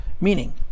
Meaning